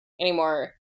anymore